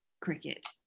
cricket